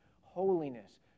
holiness